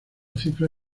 cifra